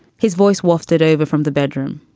his voice wafted over from the bedroom.